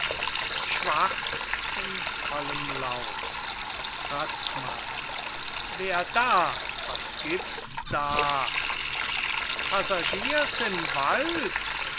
lauf razmann wer da was gibts da passagiers im wald